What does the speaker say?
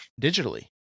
digitally